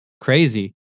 crazy